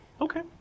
Okay